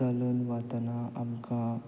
चलून वातना आमकां